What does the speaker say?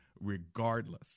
regardless